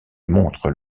montrent